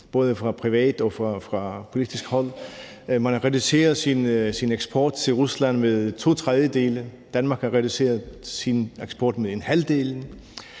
både privat og politisk hold. Man har reduceret sin eksport til Rusland med to tredjedele. Danmark har reduceret sin eksport med halvdelen.